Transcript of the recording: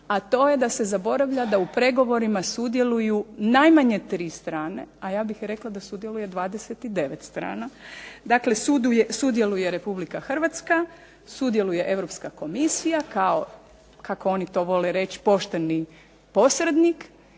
a to je da se zaboravlja da u pregovorima sudjeluju najmanje tri strane, a ja bih rekla da sudjeluje 29 strana, dakle sudjeluje Republika Hrvatska, sudjeluje Europska Komisija kao kako oni to vole reći pošteni posrednik